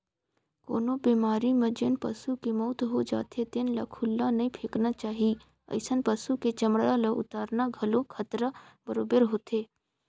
कोनो बेमारी म जेन पसू के मउत हो जाथे तेन ल खुल्ला नइ फेकना चाही, अइसन पसु के चमड़ा ल उतारना घलो खतरा बरोबेर होथे